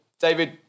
David